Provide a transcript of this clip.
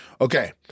okay